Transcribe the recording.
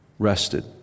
Rested